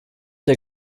der